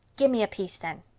gimme a piece then.